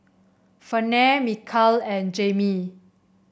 Ferne Mikal and Jaimie